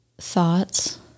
thoughts